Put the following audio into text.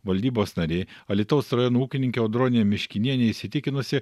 valdybos narė alytaus rajono ūkininkė audronė miškinienė įsitikinusi